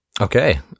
Okay